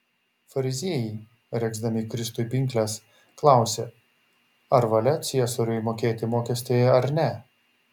fariziejai regzdami kristui pinkles klausė ar valia ciesoriui mokėti mokestį ar ne